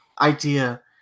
idea